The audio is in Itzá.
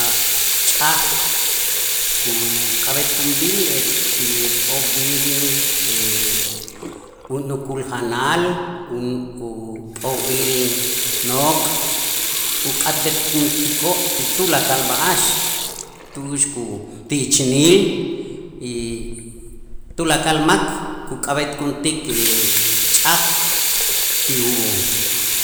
A' ch'aj kuk'ab'etkunb'il etiu pokb'il unukul janal u- up'o'b'il nok' uk'atb'etkuntikoo' ti tulakal b'a'ax tu'ux ku ti ichnil y tulakal mak kuk'ab'etkuntik ch'aj ti u